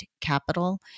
Capital